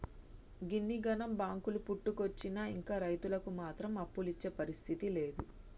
గిన్నిగనం బాంకులు పుట్టుకొచ్చినా ఇంకా రైతులకు మాత్రం అప్పులిచ్చే పరిస్థితి లేదు